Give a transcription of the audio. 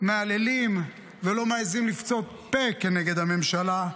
מהללים ולא מעיזים לפצות פה כנגד הממשלה,